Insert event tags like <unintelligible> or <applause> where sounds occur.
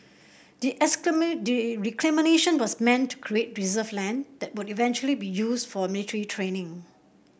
the <unintelligible> the reclamation was meant to create reserve land that would eventually be used for military training